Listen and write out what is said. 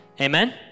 Amen